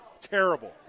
Terrible